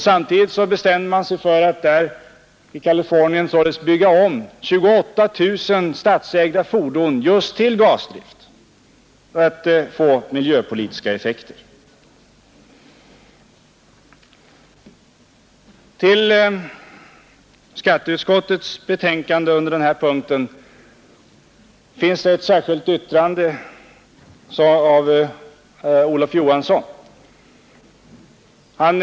Samtidigt bestämde man sig i Kalifornien för att bygga om 28 000 statsägda fordon just till gasdrift för att få miljöpolitiska effekter. Till skatteutskottets betänkande nr 50 har fogats ett särskilt yttrande, avgivet av herr Olof Johansson i Stockholm.